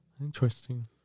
Interesting